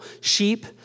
sheep